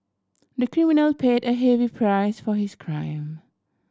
the criminal paid a heavy price for his crime